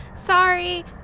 Sorry